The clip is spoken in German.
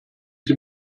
sie